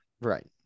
right